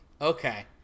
Okay